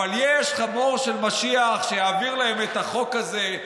אבל יש חמור של משיח שיעביר להם את החוק הזה.